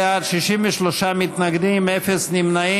חברי הכנסת, 17 בעד, 63 מתנגדים, אפס נמנעים.